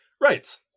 right